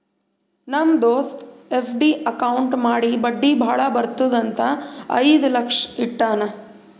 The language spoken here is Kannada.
ನಮ್ ದೋಸ್ತ ಎಫ್.ಡಿ ಅಕೌಂಟ್ ಮಾಡಿ ಬಡ್ಡಿ ಭಾಳ ಬರ್ತುದ್ ಅಂತ್ ಐಯ್ದ ಲಕ್ಷ ಇಟ್ಟಾನ್